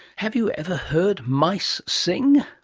have you ever heard mice sing?